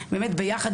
באמת ביחד,